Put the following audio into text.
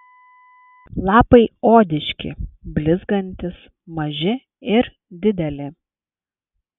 lapai odiški blizgantys maži ir dideli